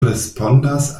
respondas